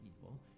evil